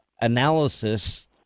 analysis